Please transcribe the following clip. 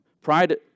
Pride